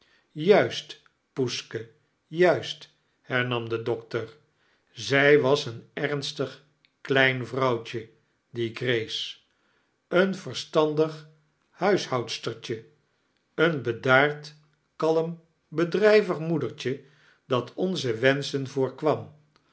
juist poesje juist hemam de dokter zij was een ernstig klein vrouwtjie die grace een varstandig huishoudstertje een bedard kalm bedrijvig moedertje dat ooze wenschen voorkwam